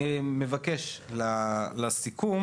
אני מבקש לסיכום